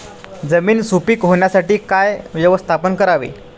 जमीन सुपीक होण्यासाठी काय व्यवस्थापन करावे?